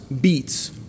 beats